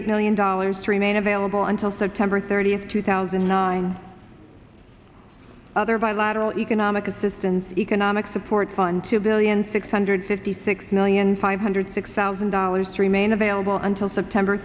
eight million dollars to remain available until september thirtieth two thousand and nine other bilateral economic assistance economic support fun two billion six hundred fifty six million five hundred six thousand dollars to remain available until september